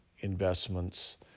Investments